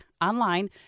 online